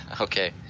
Okay